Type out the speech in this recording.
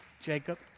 Jacob